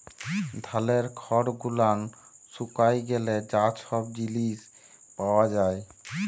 ধালের খড় গুলান শুকায় গ্যালে যা ছব জিলিস পাওয়া যায়